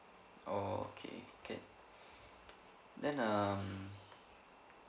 orh okay can then um